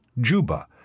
Juba